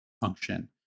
function